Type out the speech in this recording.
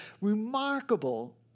Remarkable